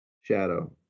shadow